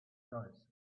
guys